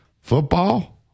football